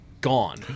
gone